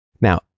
Now